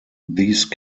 these